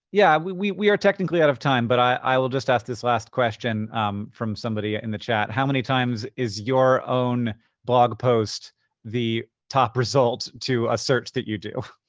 yeah, we we are technically out of time, but i will just ask this last question from somebody in the chat. how many times is your own blog post the top result to a search that you do?